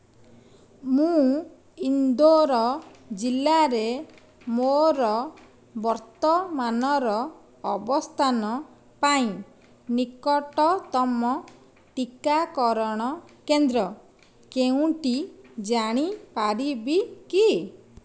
ମୁଁ ଇନ୍ଦୋର ଜିଲ୍ଲାରେ ମୋର ବର୍ତ୍ତମାନର ଅବସ୍ଥାନ ପାଇଁ ନିକଟତମ ଟିକାକରଣ କେନ୍ଦ୍ର କେଉଁଟି ଜାଣିପାରିବି କି